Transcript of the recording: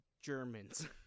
Germans